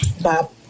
Bob